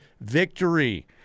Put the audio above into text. victory